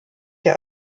der